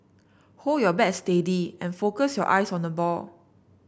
hold your bat steady and focus your eyes on the ball